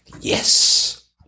Yes